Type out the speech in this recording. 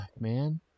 man